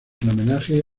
homenaje